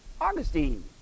Augustine